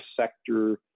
sector